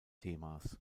themas